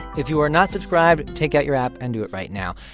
if you are not subscribed, take out your app and do it right now.